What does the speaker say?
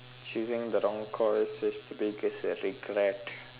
choosing the wrong course is the biggest regret